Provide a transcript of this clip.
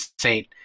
Saint